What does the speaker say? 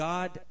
God